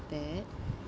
that